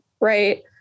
right